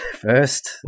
first